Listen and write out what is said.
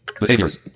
Behaviors